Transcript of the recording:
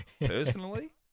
personally